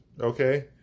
Okay